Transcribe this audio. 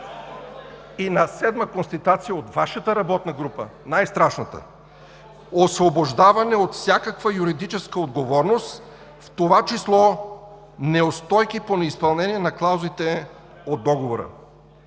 И седма констатация от Вашата работна група, най-страшната: „Освобождаване от всякаква юридическа отговорност, в това число неустойки по неизпълнение на клаузите от Договора“.